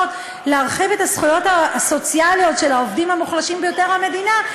להרחיב את הזכויות הסוציאליות של העובדים המוחלשים ביותר במדינה,